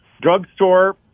drugstore